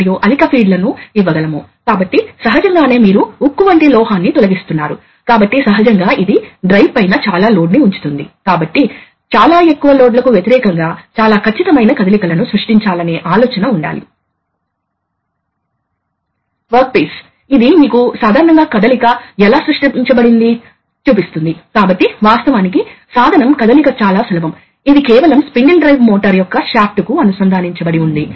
మరోవైపు ఇది సిలిండర్ నుండి వస్తున్నప్పుడు సిలిండర్ నుండి తిరిగి వచ్చేటప్పుడు అది డైరెక్షన్ కంట్రోల్ వాల్వ్ కి వెళ్ళవలసిన అవసరం లేదు మరియు అది విడుదల అవుతుంది ఇది చూడండి ఇది నొక్కండి మరియు అందువల్ల ఇది మూసివేయబడుతుంది మరియు గాలి వాస్తవానికి సిలిండర్ వద్ద స్థానికంగా వాతావరణంలోకి ప్రవహిస్తుంది కాబట్టి ఇది త్వరగా ఎగ్జాస్ట్ అవుతుంది